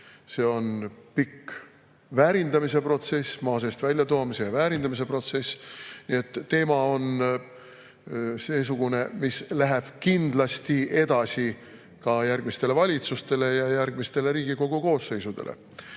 see on pikk väärindamise protsess, maa seest väljatoomise ja väärindamise protsess. Nii et teema on seesugune, mis läheb kindlasti edasi ka järgmistele valitsustele ja järgmistele Riigikogu koosseisudele. Ma